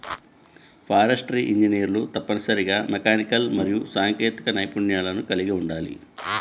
forestry ఇంజనీర్లు తప్పనిసరిగా mechanical మరియు సాంకేతిక నైపుణ్యాలను కలిగి ఉండాలి